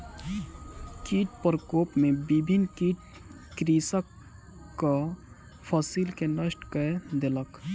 कीट प्रकोप में विभिन्न कीट कृषकक फसिल के नष्ट कय देलक